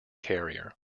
carrier